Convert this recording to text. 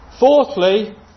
Fourthly